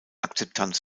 akzeptanz